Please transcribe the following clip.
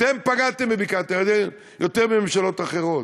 אתם פגעתם בבקעת-הירדן יותר מממשלות אחרות,